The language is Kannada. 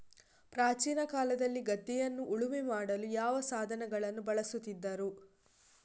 ಪ್ರಾಚೀನ ಕಾಲದಲ್ಲಿ ಗದ್ದೆಯನ್ನು ಉಳುಮೆ ಮಾಡಲು ಯಾವ ಸಾಧನಗಳನ್ನು ಬಳಸುತ್ತಿದ್ದರು?